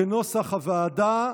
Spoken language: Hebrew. כנוסח הוועדה,